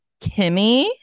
Kimmy